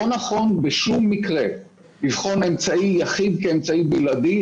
לכן לא נכון בשום מקרה לבחון אמצעי יחיד כאמצעי בלעדי,